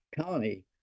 colony